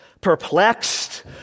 Perplexed